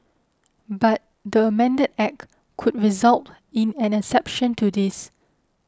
but the amended Act could result in an exception to this